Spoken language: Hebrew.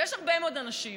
ויש הרבה מאוד אנשים